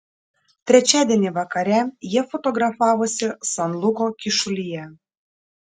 trečiadienį vakare jie fotografavosi san luko kyšulyje